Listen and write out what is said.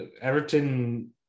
Everton